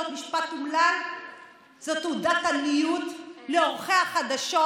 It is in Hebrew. משפט אומלל זאת תעודת עניות לעורכי החדשות,